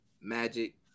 Magic